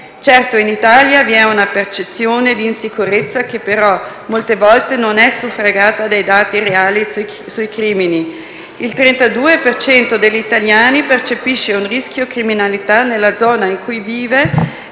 Certo, in Italia vi è una percezione di insicurezza che però molte volte non è suffragata dai dati reali sui crimini: il 32 per cento degli italiani percepisce un rischio criminalità nella zona in cui vive